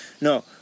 No